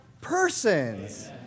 persons